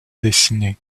dessinée